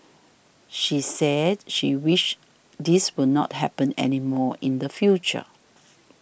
she said she wished this will not happen anymore in the future